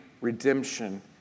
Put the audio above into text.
redemption